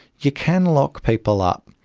you can lock people up,